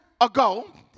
ago